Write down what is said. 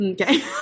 Okay